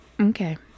Okay